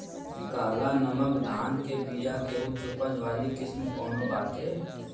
काला नमक धान के बिया के उच्च उपज वाली किस्म कौनो बाटे?